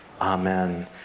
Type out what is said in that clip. Amen